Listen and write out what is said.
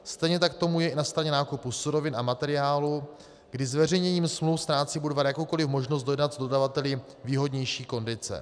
Stejně tak tomu je i na straně nákupu surovin a materiálů, kdy zveřejněním smluv ztrácí Budvar jakoukoliv možnost dodat dodavateli výhodnější kondice.